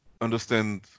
understand